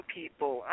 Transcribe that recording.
people